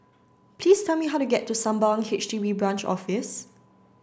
please tell me how to get to Sembawang H D B Branch Office